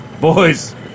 Boys